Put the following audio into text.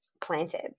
planted